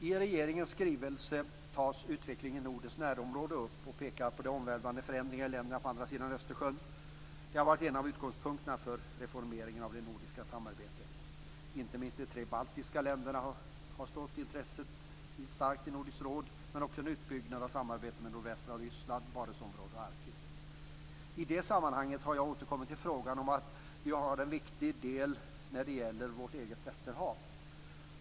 I regeringens skrivelse tas utvecklingen i Nordens närområde upp. Man pekar bl.a. på de omvälvande förändringarna i länderna på andra sidan Östersjön. Detta har också varit en av utgångspunkterna för reformeringen av det nordiska samarbetet. Inte minst de tre baltiska länderna har stått i centrum för Nordiska rådets intresse, men också en utbyggnad av samarbetet med nordvästra Ryssland, Barentsområdet och I det sammanhanget har jag återkommit till frågan om att en viktig del här är vårt eget västerhav.